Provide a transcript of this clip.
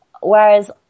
Whereas